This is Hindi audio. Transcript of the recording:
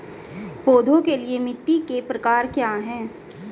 पौधों के लिए मिट्टी के प्रकार क्या हैं?